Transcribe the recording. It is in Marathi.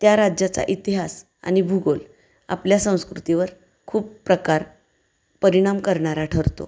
त्या राज्याचा इतिहास आणि भूगोल आपल्या संस्कृतीवर खूप प्रकार परिणाम करणारा ठरतो